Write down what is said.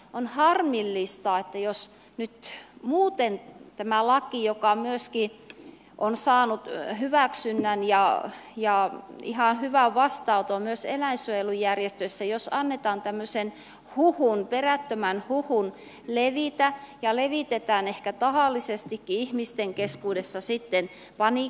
on harmillista kun nyt muuten tämä laki on saanut hyväksynnän ja ihan hyvän vastaanoton myös eläinsuojelujärjestöissä jos annetaan tämmöisen huhun perättömän huhun levitä ja levitetään sitten ehkä tahallisestikin ihmisten keskuudessa paniikkia